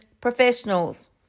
Professionals